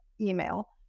email